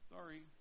Sorry